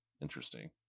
interesting